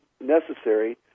necessary